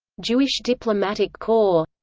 jewish diplomatic corps